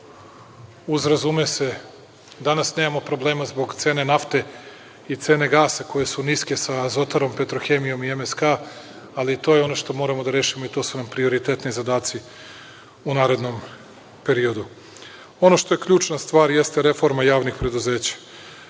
uz, razume se, danas nemamo problema, zbog cene nafte i cene gasa koje su niske, sa Azotarom, Petrohejimo i MSK-a, ali to je ono što moramo da rešimo i to su nam prioritetni zadaci u narednom periodu. Ono što je ključna stvar, jeste reforma javnih preduzeća.